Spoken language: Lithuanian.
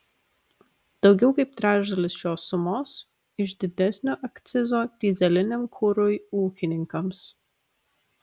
daugiau kaip trečdalis šios sumos iš didesnio akcizo dyzeliniam kurui ūkininkams